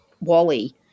Wally